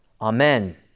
Amen